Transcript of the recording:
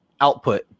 output